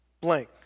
blank